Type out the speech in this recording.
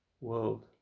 world